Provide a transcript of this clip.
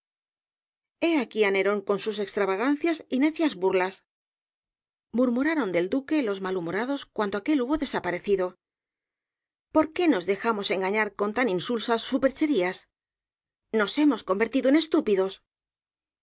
aquí á nerón con sus extravagancias y nerosalía de castro cias burlasmurmuraron del duque los malhumorados cuando aquél hubo desaparecido por qué nos dejamos engañar con tan insulsas supercherías nos hemos convertido en estúpidos